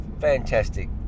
Fantastic